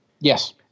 Yes